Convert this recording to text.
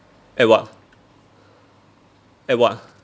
act what act what